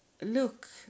look